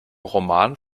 roman